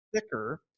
thicker